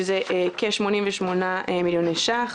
שזה כ-88 מיליוני שקלים.